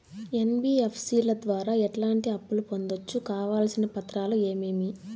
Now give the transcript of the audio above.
NBFC ల ద్వారా ఎట్లాంటి అప్పులు పొందొచ్చు? కావాల్సిన పత్రాలు ఏమేమి?